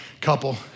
couple